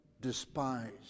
despised